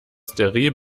steril